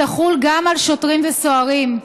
היא תחול על שוטרים וסוהרים,